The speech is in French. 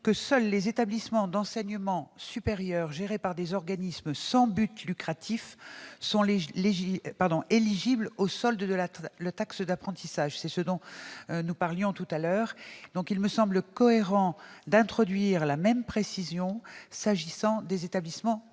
que seuls les établissements d'enseignement supérieur gérés par des organismes sans but lucratif sont éligibles au solde de la taxe d'apprentissage. D'ailleurs, tel est le cas aujourd'hui. Il me semble cohérent d'introduire la même précision au sujet des établissements du